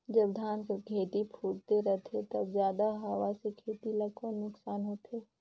जब धान कर खेती फुटथे रहथे तब जादा हवा से खेती ला कौन नुकसान होथे?